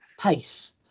pace